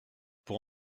pour